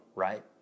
Right